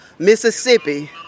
Mississippi